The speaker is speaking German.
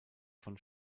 von